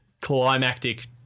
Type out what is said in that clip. climactic